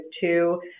two